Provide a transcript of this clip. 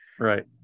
Right